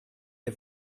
les